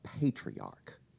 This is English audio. patriarch